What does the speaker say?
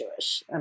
Jewish